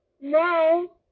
no